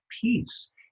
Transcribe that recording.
peace